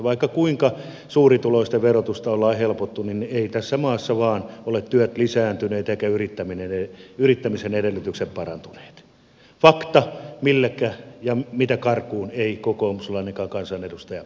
vaikka kuinka suurituloisten verotusta ollaan helpotettu niin eivät tässä maassa vain ole työt lisääntyneet eivätkä yrittämisen edellytykset parantuneet fakta mitä karkuun ei kokoomuslainenkaan kansanedustaja pääse